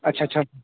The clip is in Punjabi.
ਅੱਛਾ ਅੱਛਾ